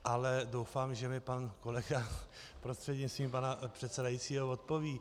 Ale doufám, že mi pan kolega prostřednictvím pana předsedajícího odpoví.